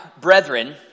brethren